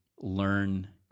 learn